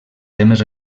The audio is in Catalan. temes